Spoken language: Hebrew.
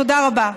תודה רבה.